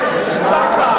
הגזמת.